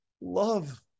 love